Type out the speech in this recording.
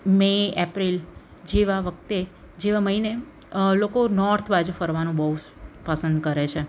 મે April જેવા વખતે જેવા મહિને નોર્થ બાજુ ફરવાનું બહુ પસંદ કરે છે